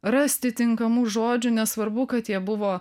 rasti tinkamų žodžių nesvarbu kad jie buvo